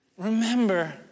Remember